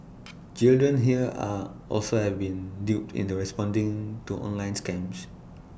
children here are also have been duped into responding to online scams